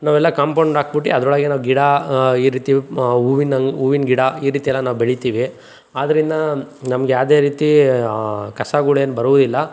ನಾವೆಲ್ಲ ಕಾಂಪೌಂಡಾಕ್ಬುಟ್ಟು ಅದರೊಳಗೆ ನಾವು ಗಿಡ ಈ ರೀತಿ ಹೂವಿನ ಹೂವಿನ್ ಗಿಡ ಈ ರೀತಿಯೆಲ್ಲ ನಾವು ಬೆಳಿತೀವಿ ಅದರಿಂದ ನಮ್ಮ ನಮಗೆ ಯಾವುದೇ ರೀತಿ ಕಸಗಳೇನ್ ಬರುವುದಿಲ್ಲ